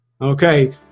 Okay